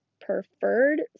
preferred